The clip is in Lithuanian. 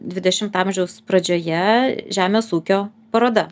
dvidešimt amžiaus pradžioje žemės ūkio paroda